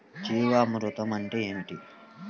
జీవామృతం అంటే ఏమిటి?